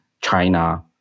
China